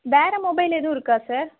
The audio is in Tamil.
வேறு மொபைல் எதுவும் இருக்கா சார்